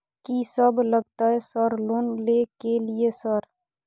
कि सब लगतै सर लोन ले के लिए सर?